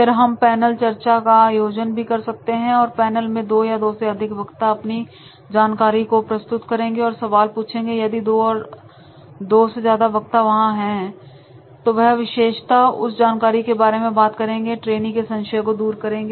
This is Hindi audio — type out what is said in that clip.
फिर हम पैनल चर्चा का आयोजन भी कर सकते हैं और पैनल में दो या दो से अधिक वक्ता अपनी जानकारी को प्रस्तुत करेंगे और सवाल पूछेंगे यदि दो और वक्ता वहां है तो वह विशेषता उस जानकारी के बारे में बात करेंगे और ट्रेनी के संशय को दूर करेंगे